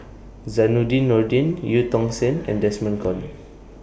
Zainudin Nordin EU Tong Sen and Desmond Kon